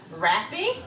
Rapping